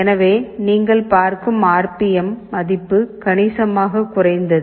எனவே நீங்கள் பார்க்கும் ஆர் பி எம் மதிப்பு கணிசமாகக் குறைந்தது